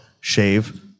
shave